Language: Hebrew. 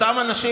אותם אנשים,